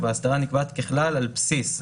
"האסדרה נקבעת ככלל על בסיס".